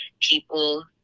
people